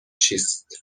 چیست